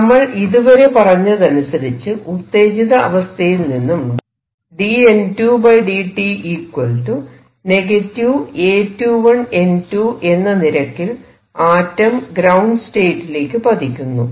നമ്മൾ ഇതുവരെ പറഞ്ഞതനുസരിച്ച് ഉത്തേജിത അവസ്ഥയിൽ നിന്നും dN2 dt A21N2 എന്ന നിരക്കിൽ ആറ്റം ഗ്രൌണ്ട് സ്റ്റേറ്റിലേക്ക് പതിക്കുന്നു